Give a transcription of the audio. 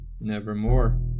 nevermore